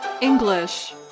English